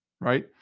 right